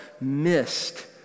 missed